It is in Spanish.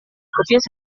copias